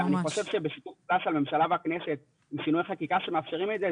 אני חושב שבשיתוף הממשלה והכנסת ושינוי חקיקה שמאפשרים את זה,